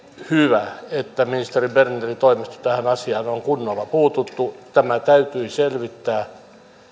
hyvä että ministeri bernerin toimesta tähän asiaan on kunnolla puututtu tämä täytyi selvittää